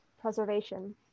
preservation